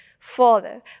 Father